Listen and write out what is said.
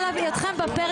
הישיבה ננעלה בשעה